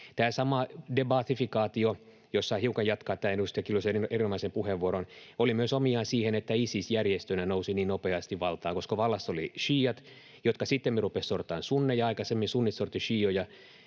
Tämä sama de-baathifikaatio — jos saan hiukan jatkaa tähän edustaja Kiljusen erinomaiseen puheenvuoroon — oli myös omiaan siihen, että Isis järjestönä nousi niin nopeasti valtaan. Vallassa olivat šiiat, jotka sittemmin rupesivat sortamaan sunneja. Aikaisemmin sunnit sortivat šiioja.